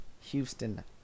Houston